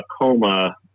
coma